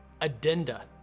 addenda